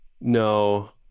no